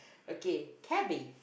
okay cabin